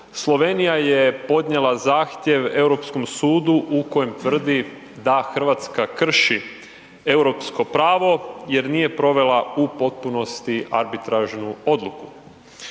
Slovenija je podnijela zahtjev Europskom sudu u kojem tvrdi da Hrvatska krši europsko pravo jer nije provela u potpunosti arbitražnu odluku.